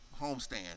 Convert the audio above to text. homestand